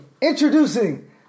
introducing